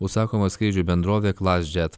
užsakomųjų skrydžių bendrovė klasjet